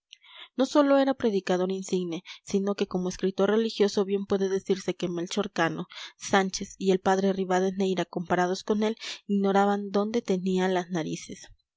no sólo era predicador insigne sino que como escritor religioso bien puede decirse que melchor cano sánchez y el padre rivadeneyra comparados con él ignoraban dónde tenían las narices